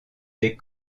des